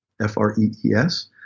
F-R-E-E-S